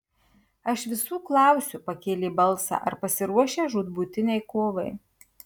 aš visų klausiu pakėlė balsą ar pasiruošę žūtbūtinei kovai